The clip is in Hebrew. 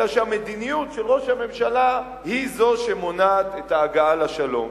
אלא שהמדיניות של ראש הממשלה היא זו שמונעת את ההגעה לשלום.